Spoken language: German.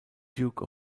duke